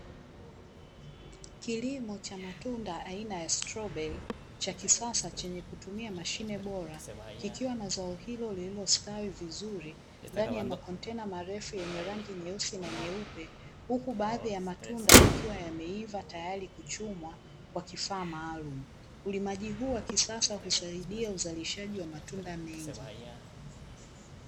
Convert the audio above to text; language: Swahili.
Kilimo cha matunda aina ya stoberi cha kisasa chenye kutumia mashine bora, kikiwa na zao hilo lililostawi vizuri ndani ya makontena marefu yenye rangi nyeusi na nyeupe, huku baadhi ya matunda yakiwa yameiva tayari kuchumwa kwa kifaa maalumu. Ulimaji huu wa kisasa husaidia uzalishaji wa matunda mengi.